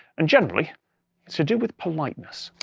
and generally, it's to do with politeness.